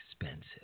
expensive